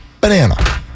banana